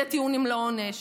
לטיעונים לעונש,